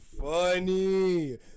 funny